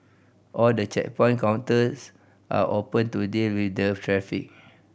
all the checkpoint counters are open to deal with the traffic